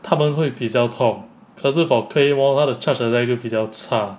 他们会比较痛可是 for claymore 他的 charged attack 就比较差